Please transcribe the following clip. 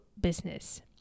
business